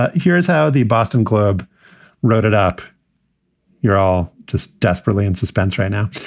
ah here is how the boston globe wrote it up you're all just desperately in suspense right now.